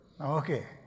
Okay